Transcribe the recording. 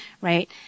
right